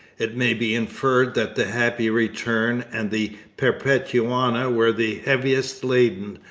it may be inferred that the happy return and the perpetuana were the heaviest laden,